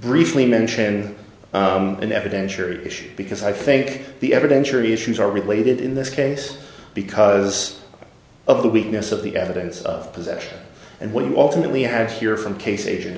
briefly mention an evidentiary issue because i think the evidence or issues are related in this case because of the weakness of the evidence of possession and what you alternately ask here from case a